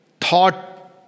thought